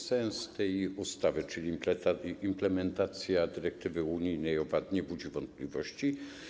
Sens tej ustawy, czyli implementacja dyrektywy unijnej o VAT, nie budzi wątpliwości.